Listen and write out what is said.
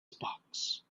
sparks